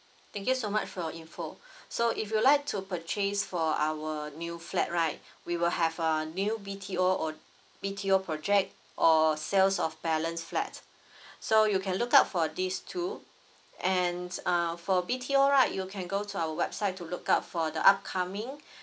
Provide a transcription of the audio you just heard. thank you so much for your info so if you like to purchase for our new flat right we will have a new B_T_O or B_T_O project or sales of balance flat so you can look out for these two and uh for B_T_O right you can go to our website to look out for the upcoming